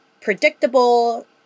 predictable